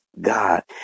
God